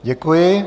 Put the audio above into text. Děkuji.